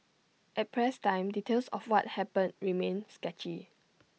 at press time details of what happened remained sketchy